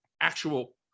actual